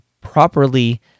properly